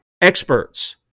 experts